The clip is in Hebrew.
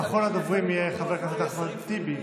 ואחרון הדוברים יהיה חבר הכנסת אחמד טיבי,